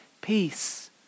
peace